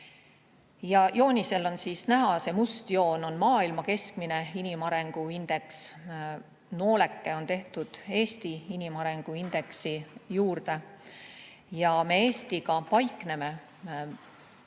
Joonisel on näha, see must joon on maailma keskmine inimarengu indeks. Nooleke on tehtud Eesti inimarengu indeksi juurde. Me Eestiga paikneme